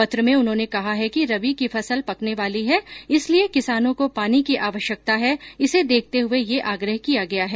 पत्र में उन्होने कहा है कि रबी की फसल पकने वाली है इसलिये किसानों को पानी की आवश्यकता है इसे देखते हये ये आग्रह किया गया है